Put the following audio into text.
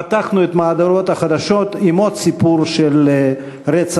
פתחנו את מהדורת החדשות עם עוד סיפור של רצח